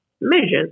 measures